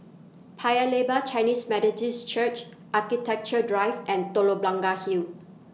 Paya Lebar Chinese Methodist Church Architecture Drive and Telok Blangah Hill